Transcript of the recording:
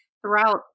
throughout